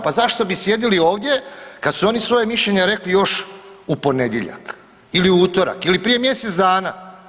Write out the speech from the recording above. Pa zašto bi sjedili ovdje kad su oni svoje mišljenje rekli još u ponedjeljak ili utorak ili prije mjesec dana.